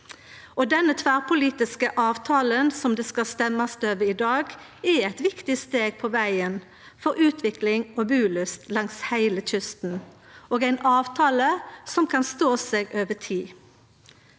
Den tverrpolitiske avtalen det skal stemmast over i dag, er eit viktig steg på vegen for utvikling og bulyst langs heile kysten, og det er ein avtale som kan stå seg over tid.